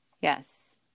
Yes